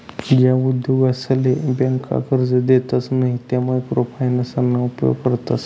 ज्या उद्योगसले ब्यांका कर्जे देतसे नयी त्या मायक्रो फायनान्सना उपेग करतस